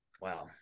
Wow